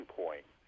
point